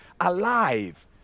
alive